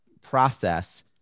process